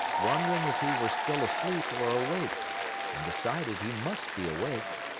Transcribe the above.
wondering if he were still asleep or awake and decided he must be awake.